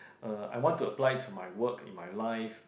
uh I want to apply to my work in my life